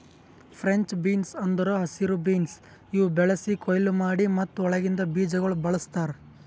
French beans ಅಂದುರ್ ಹಸಿರು beans ಇವು ಬೆಳಿಸಿ, ಕೊಯ್ಲಿ ಮಾಡಿ ಮತ್ತ ಒಳಗಿಂದ್ ಬೀಜಗೊಳ್ ಬಳ್ಸತಾರ್